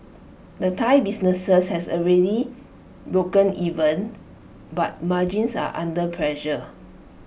the Thai businesses has A really broken even but margins are under pressure